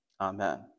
Amen